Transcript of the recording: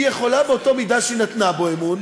היא יכולה באותה מידה שהיא נתנה בו אמון,